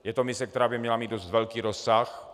Je to mise, která by měla mít dost velký rozsah.